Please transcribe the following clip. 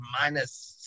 minus